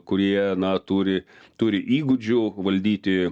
kurie na turi turi įgūdžių valdyti